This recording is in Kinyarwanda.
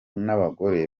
n’abagore